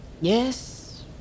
Yes